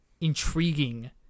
intriguing